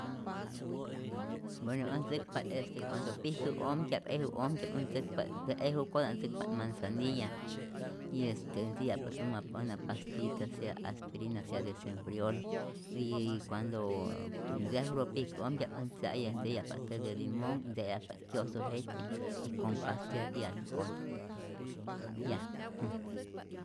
Bueno äj ntzäkpa't es que cuando pijkä'ojmtya'p, eju'ojmtya'p äj ntzäkpa't, je ejukota' ntzäkpat manzanilla y este ntzi'yajpa't una una pastillita, sea aspirina sea desenfriol y cuandooo ntejuro pinkä'ojmtya'p, äj ntze'ayaj tzi'yaja't te de limón, ntze'ayajpa't kyojso jetypi'k y con pastia y alcol, ya.